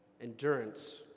Endurance